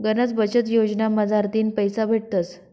गनच बचत योजना मझारथीन पैसा भेटतस